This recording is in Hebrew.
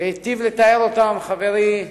והיטיב לתאר אותם חברי ג'ומס,